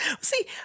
See